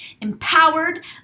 empowered